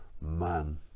man